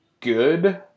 good